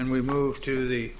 and we move to the